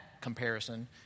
comparison